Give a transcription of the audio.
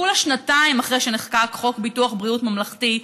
כולה שנתיים אחרי שנחקק חוק ביטוח בריאות ממלכתי,